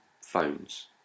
phones